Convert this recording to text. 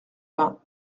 vingts